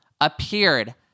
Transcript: Appeared